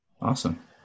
Awesome